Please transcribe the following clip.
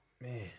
Man